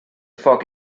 foc